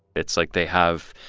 it's like they have